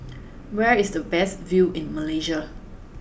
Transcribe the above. where is the best view in Malaysia